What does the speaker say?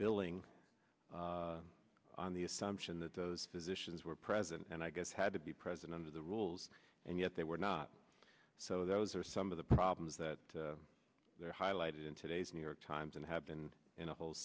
billing on the assumption that those physicians were present and i guess had to be president of the rules and yet they were not so those are some of the problems that they're highlighted in today's new york times and have been in a whole